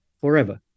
forever